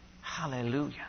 Hallelujah